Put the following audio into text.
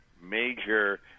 major